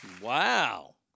Wow